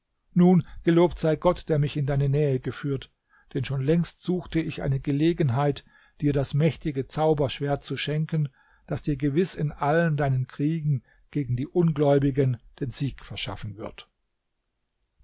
nun gelobt sei gott der mich in deine nähe geführt denn schon längst suchte ich eine gelegenheit dir das mächtige zauberschwert zu schenken das dir gewiß in allen deinen kriegen gegen die ungläubigen den sieg verschaffen wird